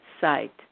site